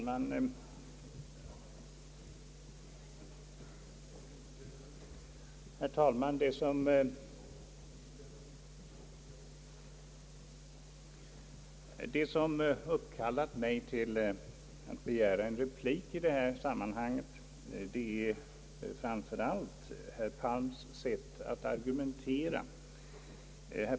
Herr talman! Det som uppkallat mig till att begära replik i detta sammanhang är framför allt herr Palms sätt att argumentera.